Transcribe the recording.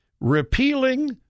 repealing